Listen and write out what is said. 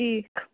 ٹھیٖک